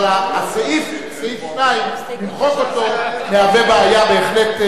אבל למחוק את סעיף 2 מהווה בעיה בהחלט.